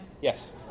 Yes